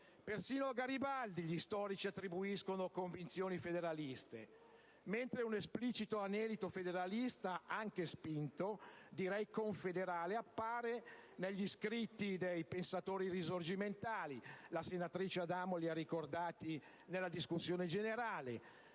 persino a Garibaldi gli storici attribuiscono convinzioni federaliste, mentre un esplicito anelito federalista, anche spinto, direi confederale, appare negli scritti dei pensatori risorgimentali (la senatrice Adamo li ha ricordati nella discussione generale: